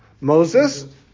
Moses